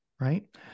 right